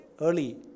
early